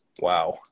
Wow